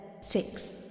six